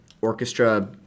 orchestra